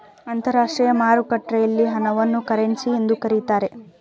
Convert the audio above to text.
ಅಂತರಾಷ್ಟ್ರೀಯ ಮಾರುಕಟ್ಟೆಯಲ್ಲಿ ಹಣವನ್ನು ಕರೆನ್ಸಿ ಎಂದು ಕರೀತಾರೆ